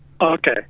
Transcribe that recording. Okay